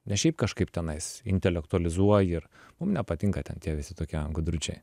ne šiaip kažkaip tenais intelektualizuoji ir mum nepatinka ten tie visi tokie gudručiai